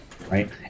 right